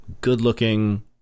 good-looking